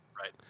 Right